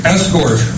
Escort